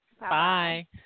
Bye